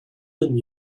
been